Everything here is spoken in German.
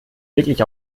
wirklich